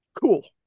cool